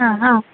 ആ ആ